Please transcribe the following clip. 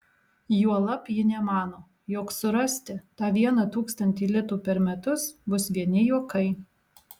juolab ji nemano jog surasti tą vieną tūkstantį litų per metus bus vieni juokai